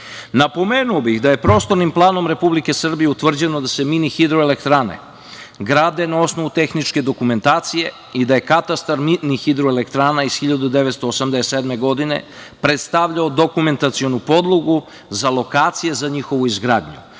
sredinu. Napomenuo bih da je Prostornim planom Republike Srbije utvrđeno da se mini hidroelektrane grade na osnovu tehničke dokumentacije i da je Katastar mini hidroelektrana iz 1987. godine predstavljao dokumentacionu podlogu za lokacije za njihovu izgradnju,